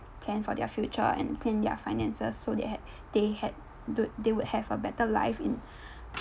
plan for their future and plan their finances so they had they had they they would have a better life in